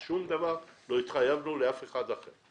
שום דבר לא התחייבנו לאף אחד אחר.